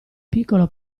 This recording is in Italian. piccolo